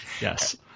Yes